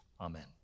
Amen